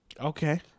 Okay